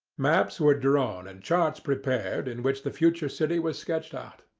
maps were drawn and charts prepared, in which the future city was sketched out.